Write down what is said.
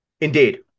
Indeed